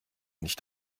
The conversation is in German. nicht